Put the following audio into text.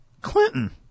Clinton